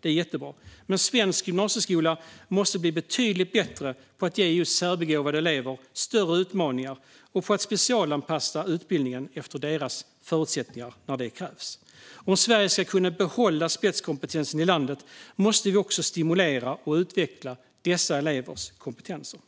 Det är jättebra, men svensk gymnasieskola måste bli betydligt bättre på att ge just särbegåvade elever större utmaningar och på att specialanpassa utbildningen efter deras förutsättningar när det krävs. Om Sverige ska kunna behålla spetskompetensen i landet måste vi stimulera och utveckla också dessa elevers kompetenser.